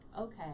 okay